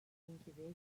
incubation